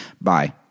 bye